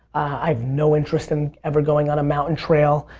i have no interest in ever going on a mountain trail.